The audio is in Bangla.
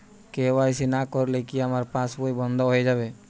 কে.ওয়াই.সি না করলে কি আমার পাশ বই বন্ধ হয়ে যাবে?